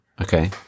Okay